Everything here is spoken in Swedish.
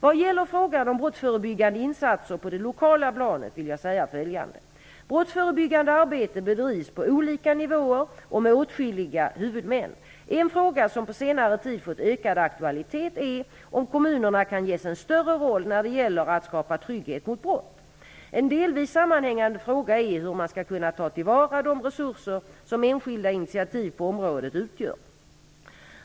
Vad gäller frågan om brottsförebyggande insatser på det lokala planet vill jag säga följande. Brottsförebyggande arbete bedrivs på olika nivåer och med åtskilliga huvudmän. En fråga som på senare tid har fått ökad aktualitet är om kommunerna kan ges en större roll när det gäller att skapa trygghet mot brott. En delvis sammanhängande fråga är hur man skall kunna ta till vara de resurser som enskilda initiativ på området utgör.